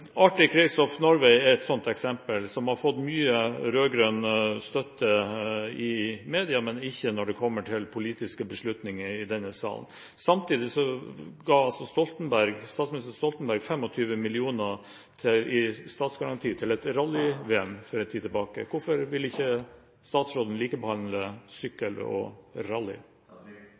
Race of Norway er et sånt eksempel, som har fått mye rød-grønn støtte i media, men ikke når det kommer til politiske beslutninger i denne salen. Samtidig ga statsminister Stoltenberg 25 mill. kr i statsgaranti til et rally-VM for en tid siden. Hvorfor vil ikke statsråden likebehandle sykkel og